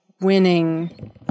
winning